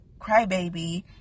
crybaby